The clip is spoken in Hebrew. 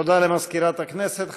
תודה למזכירת הכנסת.